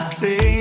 say